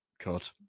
God